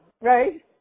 Right